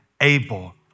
able